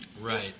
Right